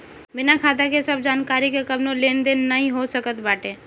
बिना खाता के सब जानकरी के कवनो लेन देन नाइ हो सकत बाटे